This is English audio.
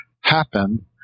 happen